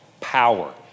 power